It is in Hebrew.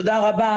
תודה רבה